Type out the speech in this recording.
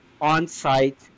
on-site